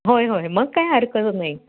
होय होय मग काय हरकतच नाही